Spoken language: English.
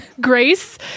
grace